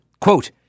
quote